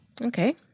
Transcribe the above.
Okay